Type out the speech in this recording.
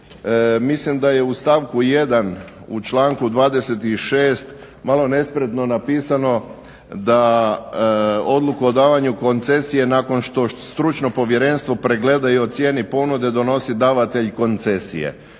Mislim da je u stavku 1. u članku 26. malo nespretno napisano da odluku o davanju koncesije nakon što stručno povjerenstvo pregleda i ocjeni ponude, donosi davatelj koncesije.